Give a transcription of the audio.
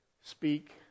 speak